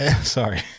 sorry